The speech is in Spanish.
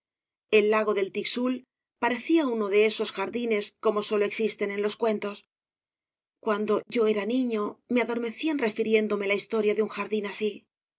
el lago del tixul parecía uno de esos jardines como sólo existen en los cuentos cuando yo era niño me adormecían refiriéndome la historia de un jardín así